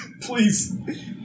Please